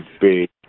big